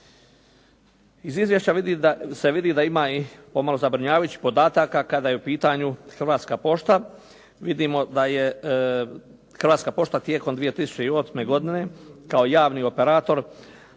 Iz izvješća se vidi da ima i pomalo zabrinjavajućih podataka kada je u pitanju Hrvatska pošta. Vidimo da je Hrvatska tijekom 2008. godine kao javni operator